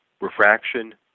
refraction